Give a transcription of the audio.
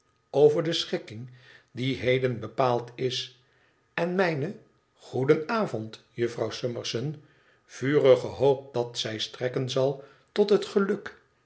over de schikking die heden bepaald is en mijne goeden avond jufvrouw summerson vurige hoop dat zij strekken zal tot het geluk